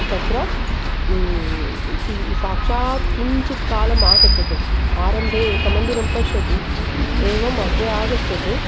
तत्र सि साक्षात् किञ्चित् कालमागच्छतु आरम्भे एकं मन्दिरं पश्यति एवम् अग्रे आगच्छतु